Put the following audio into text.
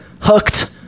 hooked